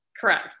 correct